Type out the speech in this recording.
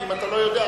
כי אם אתה לא יודע,